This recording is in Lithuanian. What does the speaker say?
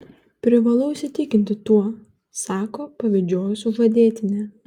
privalau įsitikinti tuo sako pavydžioji sužadėtinė